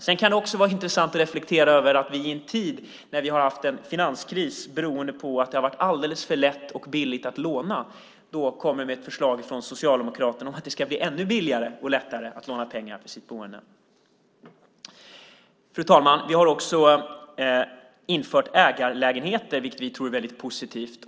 Sedan kan det också vara intressant att reflektera över att det i en tid när vi har en finanskris beroende på att det har varit alldeles för lätt och billigt att låna kommer ett förslag från Socialdemokraterna om att det ska bli ännu billigare och lättare att låna pengar på sitt boende. Fru talman! Vi har också infört ägarlägenheter, vilket vi tror är väldigt positivt.